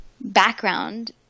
background